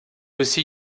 aussi